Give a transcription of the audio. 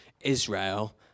Israel